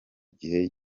gihe